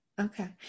Okay